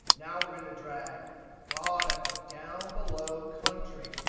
now we're going to drag product down below country.